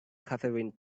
catherine